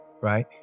right